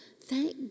Thank